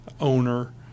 owner